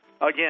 again